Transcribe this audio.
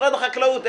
משרד החקלאות,